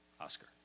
Oscar